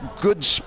good